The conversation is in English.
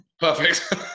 Perfect